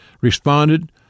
responded